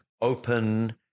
open